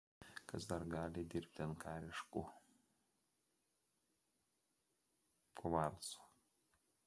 kas dar gali dirbti ant kariškių kvarcų